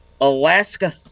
Alaska